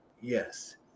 Yes